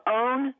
own